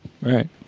Right